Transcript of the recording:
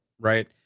right